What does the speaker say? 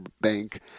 bank